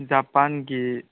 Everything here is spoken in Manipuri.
ꯖꯄꯥꯟꯒꯤ